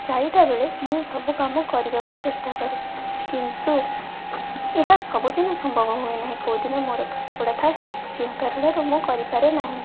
ଚାରିଟା ବେଳେ ମୁଁ ସବୁ କାମ କରିବାକୁ ଚେଷ୍ଟା କରେ କିନ୍ତୁ ଏହା ସବୁ ଦିନ ସମ୍ଭବ ହୁଏ ନାହିଁ କେଉଁଦିନ ମୋର ପାଠପଢ଼ା ଥାଏ ଯେଉଁ କାରଣରୁ ମୁଁ କରିପାରେ ନାହିଁ